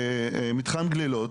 רגיל.